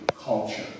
culture